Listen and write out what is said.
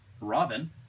Robin